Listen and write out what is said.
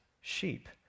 sheep